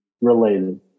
related